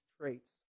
traits